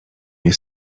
nie